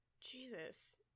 Jesus